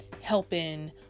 helping